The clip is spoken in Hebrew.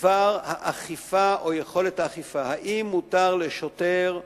בדבר האכיפה או יכולת האכיפה, האם מותר לשוטר,